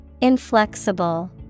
Inflexible